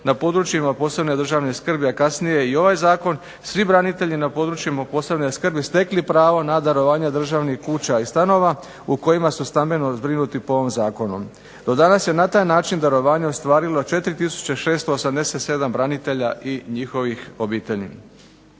na područjima posebne državne skrbi a kasnije i ovaj zakon, svi branitelji na područjima od posebne skrbi stekli pravo na darovanje državnih kuća i stanova, u kojima su stambeno zbrinuti po ovom zakonu. Do danas se na taj način darovanjem ostvarilo 4 tisuće 687 branitelja i njihovih obitelji.